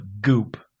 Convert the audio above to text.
goop